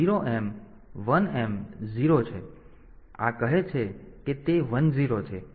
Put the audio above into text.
તેથી આ કહે છે કે તે 1 0 છે